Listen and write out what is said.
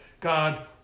God